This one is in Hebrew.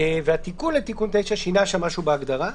והתיקון לתיקון 9 שינה שם משהו בהגדרה.